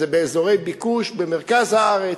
זה באזורי ביקוש במרכז הארץ,